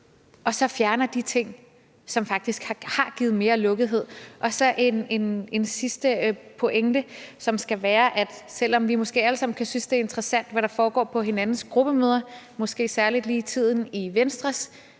og så fjerner de ting, som faktisk har givet mere lukkethed. En sidste pointe skal være, at, selv om vi måske alle sammen kan synes, det er interessant, hvad der foregår på hinandens gruppemøder, måske særlig lige i øjeblikket på Venstres,